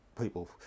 people